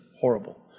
horrible